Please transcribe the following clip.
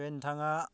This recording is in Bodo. बे नोंथाङा